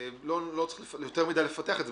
לא צריך יותר מדי לפתח את זה.